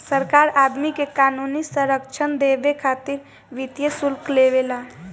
सरकार आदमी के क़ानूनी संरक्षण देबे खातिर वित्तीय शुल्क लेवे ला